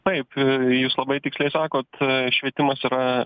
taip jūs labai tiksliai sakot švietimas yra